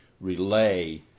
relay